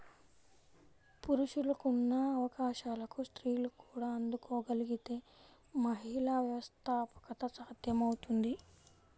పురుషులకున్న అవకాశాలకు స్త్రీలు కూడా అందుకోగలగితే మహిళా వ్యవస్థాపకత సాధ్యమవుతుంది